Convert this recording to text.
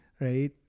right